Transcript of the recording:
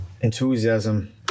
enthusiasm